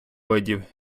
видів